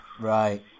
Right